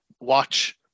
watch